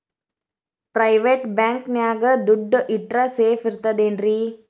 Private bank ನ್ಯಾಗ್ ದುಡ್ಡ ಇಟ್ರ ಸೇಫ್ ಇರ್ತದೇನ್ರಿ?